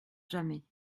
jamais